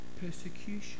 persecution